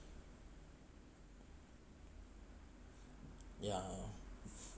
yeah